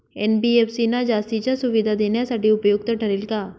NBFC ना जास्तीच्या सुविधा देण्यासाठी उपयुक्त ठरेल का?